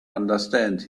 understand